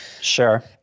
sure